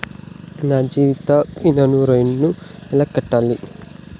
నా జీవిత ఇన్సూరెన్సు ఎలా కట్టాలి?